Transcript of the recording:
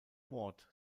ward